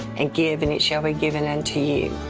and give, and it shall be given unto you.